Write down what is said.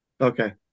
Okay